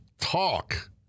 Talk